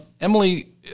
Emily